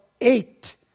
eight